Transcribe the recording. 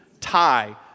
tie